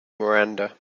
miranda